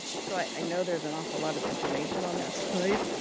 so i know there's an awful lot of information on that slide.